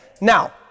Now